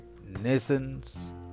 nations